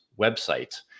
website